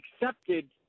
accepted